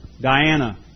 Diana